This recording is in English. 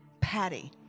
Patty